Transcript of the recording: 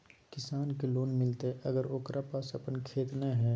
किसान के लोन मिलताय अगर ओकरा पास अपन खेत नय है?